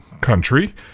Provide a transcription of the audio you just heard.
country